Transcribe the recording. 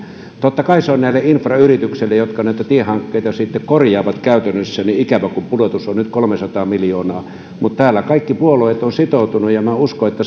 totta kai se on näille infrayrityksille jotka näitä tiehankkeita sitten korjaavat käytännössä ikävä kun pudotus on nyt kolmesataa miljoonaa mutta täällä kaikki puolueet ovat sitoutuneet ja minä uskon että